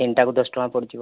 ତିନିଟା କୁ ଦଶ ଟଙ୍କା ପଡ଼ିଯିବ